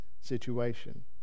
situation